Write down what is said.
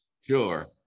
Sure